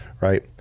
Right